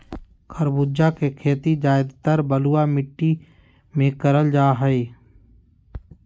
खरबूजा के खेती ज्यादातर बलुआ मिट्टी मे करल जा हय